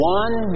one